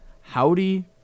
Howdy